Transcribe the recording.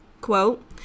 Quote